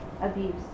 abuse